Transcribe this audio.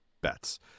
bets